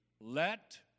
Let